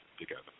together